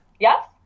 Yes